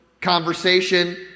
conversation